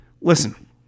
listen